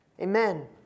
Amen